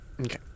okay